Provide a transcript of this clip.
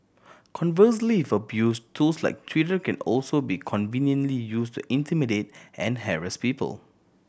conversely if abused tools like Twitter can also be conveniently used to intimidate and harass people